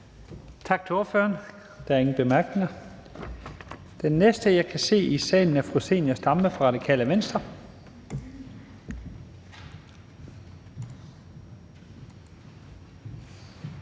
Tak til ordføreren. Der er ingen korte bemærkninger. Den næste, jeg kan se i salen, er fru Zenia Stampe fra Radikale Venstre.